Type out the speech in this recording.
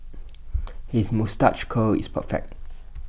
his moustache curl is perfect